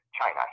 China